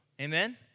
Amen